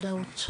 דבר נוסף,